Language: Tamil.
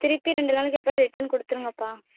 திருப்பி ரெண்டு நாளைக்கு அப்புறம் ரிட்டன் கொடுத்துருங்கப்பா